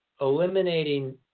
eliminating